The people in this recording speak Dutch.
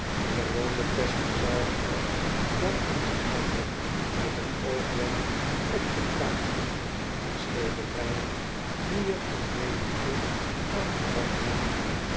gewoonlijk vestigt sharpeye dan onze aandacht met een oogwenk op de plaatjes en schilderijen die er in menigte aan den wand hangen